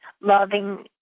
loving